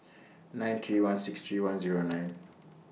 nine three one six three one Zero nine